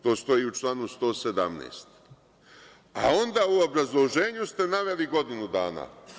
To stoji u članu 117, a onda u obrazloženju ste naveli godinu dana.